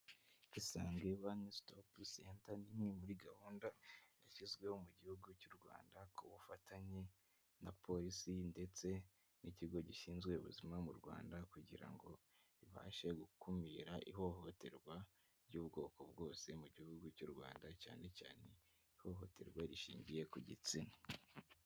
Isange one stop center ni imwe muri gahunda yashyizweho mu gihugu cy'u Rwanda ku bufatanye na polisi ndetse n'ikigo gishinzwe ubuzima mu Rwanda kugira ngo ibashe gukumira ihohoterwa ry'ubwoko bwose mu gihugu cy'u Rwanda cyane cyane ihohoterwa rishingiye ku gitsina.